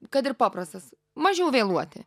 kad ir paprastas mažiau vėluoti